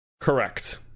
Correct